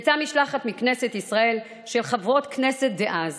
יצאה משלחת מכנסת ישראל של חברות כנסת דאז